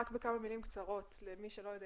רק בכמה מילים קצרות למי שלא יודע,